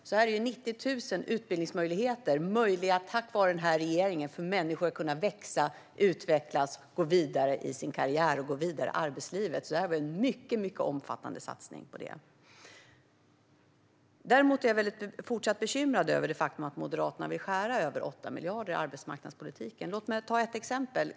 Här är alltså 90 000 utbildningsmöjligheter, tack vare den här regeringen, så att människor ska kunna växa, utvecklas och gå vidare i sin karriär och i arbetslivet. Det är alltså en mycket omfattande satsning. Jag är fortsatt bekymrad över att Moderaterna vill skära bort över 8 miljarder i arbetsmarknadspolitiken. Låt mig ta ett exempel.